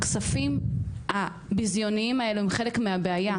הכספים הביזיוניים האלה הם חלק מהבעיה,